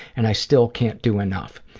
and i still can't do enough.